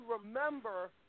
remember